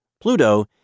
Pluto